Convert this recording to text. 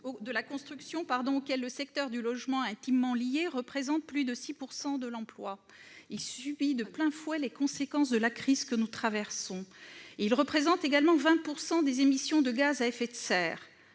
de la construction, auquel le secteur du logement est intimement lié, représente plus de 6 % de l'emploi et subit de plein fouet les conséquences de la crise que nous traversons. Il représente également 20 % des émissions de gaz à effet de serre.